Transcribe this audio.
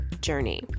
Journey